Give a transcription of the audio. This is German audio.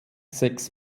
sechs